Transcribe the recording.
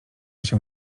się